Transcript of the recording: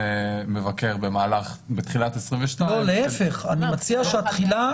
מבקר בתחילת 22'. להפך אני מציע שתחילת